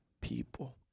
people